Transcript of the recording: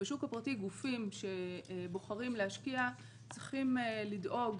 בשוק הפרטי גופים שבוחרים להשקיע צריכים לדאוג